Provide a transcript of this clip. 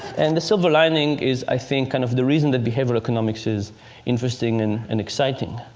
and the silver lining is, i think, kind of the reason that behavioral economics is interesting and and exciting.